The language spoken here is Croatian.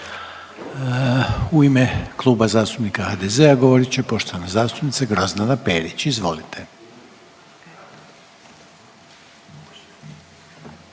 U ime Kluba zastupnika HDZ-a govorit će poštovana zastupnica Grozdana Perić. Izvolite.